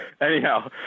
Anyhow